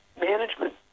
management